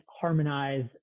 harmonize